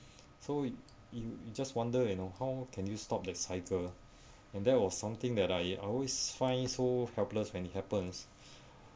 so you you just wonder you know how can you stop that cycle and that was something that I always find so helpless when it happens